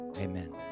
Amen